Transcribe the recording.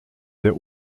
der